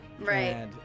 Right